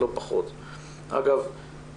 אגב,